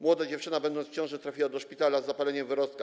Młoda dziewczyna, będąc w ciąży, trafiła do szpitala z zapaleniem wyrostka.